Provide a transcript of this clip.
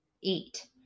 eat